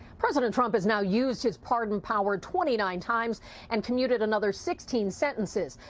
president trump has now used his pardon power twenty nine times and commuted another sixteen sentences.